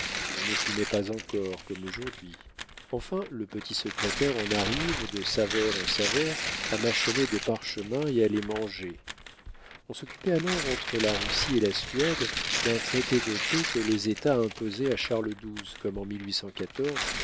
on ne fumait pas encore comme aujourd'hui enfin le petit secrétaire en arrive de saveur en saveur à mâchonner des parchemins et à les manger on s'occupait alors entre la russie et la suède d'un traité de paix que les états imposaient à charles xii comme en